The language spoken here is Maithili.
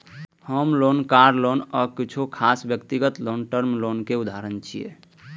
होम लोन, कार लोन आ किछु खास व्यक्तिगत लोन टर्म लोन के उदाहरण छियै